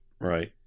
right